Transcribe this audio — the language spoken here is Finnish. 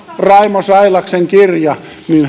raimo sailaksen kirja